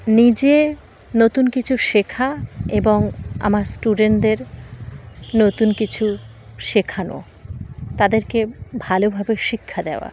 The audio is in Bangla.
নিজে নতুন কিছু শেখা এবং আমার স্টুডেন্টদের নতুন কিছু শেখানো তাদেরকে ভালোভাবে শিক্ষা দেওয়া